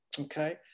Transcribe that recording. okay